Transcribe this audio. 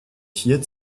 hier